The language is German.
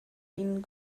ihnen